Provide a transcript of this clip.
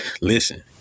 listen